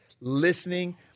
listening